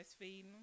breastfeeding